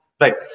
right